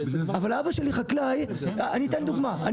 אבל אבא שלי חקלאי, אני אתן דוגמה.